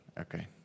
Okay